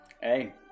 Hey